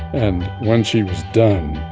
and when she was done,